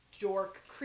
dork